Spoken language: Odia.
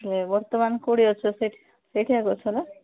ଯେ ବର୍ତ୍ତମାନ କେଉଁଠି ଅଛ ସେଇଠି ସେଇଠି ଏକା ଅଛ ନା